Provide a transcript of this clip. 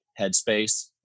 headspace